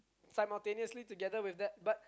simultaneously together with that but